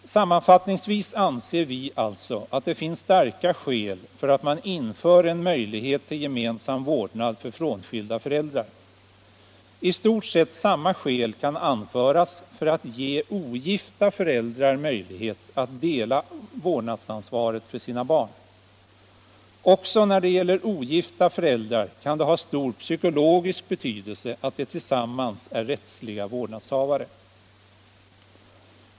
Sammanfattningsvis anser vi alltså att det finns starka skäl för att införa en möjlighet till gemensam vårdnad för frånskilda föräldrar. I stort sett samma skäl talar för att ge ogifta föräldrar möjlighet att dela vårdnadsansvaret för sina barn. Också när det gäller ogifta föräldrar kan det ha stor psykologisk betydelse att de tillsammans är rättsliga vårdnadshavare.